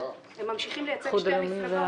נעולה.